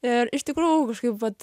ir iš tikrųjų kažkaip vat